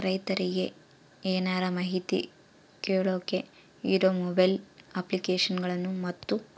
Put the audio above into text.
ರೈತರಿಗೆ ಏನರ ಮಾಹಿತಿ ಕೇಳೋಕೆ ಇರೋ ಮೊಬೈಲ್ ಅಪ್ಲಿಕೇಶನ್ ಗಳನ್ನು ಮತ್ತು?